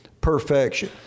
perfection